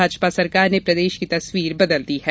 भाजपा सरकार ने प्रदेश की तस्वीर बदल दी है